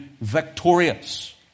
victorious